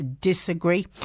disagree